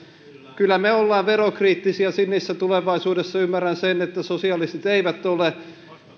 kyllä me olemme verokriittisiä sinisessä tulevaisuudessa ja ymmärrän sen että sosialistit eivät ole